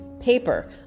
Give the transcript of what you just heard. paper